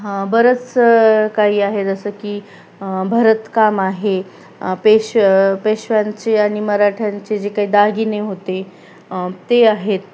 बरंच काही आहे जसं की भरतकाम आहे पेश पेशव्यांचे आणि मराठ्यांचे जे काही दागिने होते ते आहेत